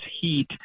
heat